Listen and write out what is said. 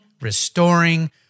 restoring